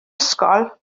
ysgol